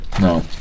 No